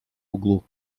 углу